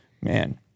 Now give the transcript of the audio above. Man